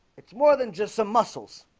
it's more than just some muscles.